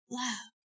love